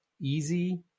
easy